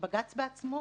כשבג"צ בעצמו